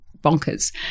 bonkers